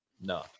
No